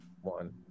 one